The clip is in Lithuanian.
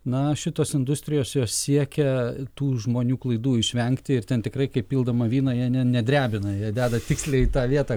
na šitos industrijos jos siekia tų žmonių klaidų išvengti ir ten tikrai kaip pildama vyną jie ne nedrebina jie deda tiksliai į tą vietą